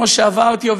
כמו שאמרתי,